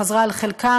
חזרה על חלקם,